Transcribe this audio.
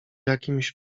jakimś